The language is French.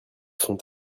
sont